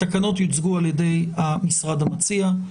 התקנות יוצגו על ידי המשרד המציע,